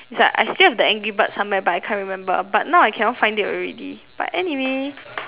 it's like I still have the angry bird somewhere but I can't remember but now I cannot find it already but anyway